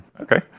okay